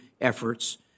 efforts